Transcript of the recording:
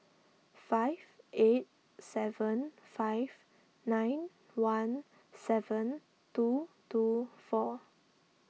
five eight seven five nine one seven two two four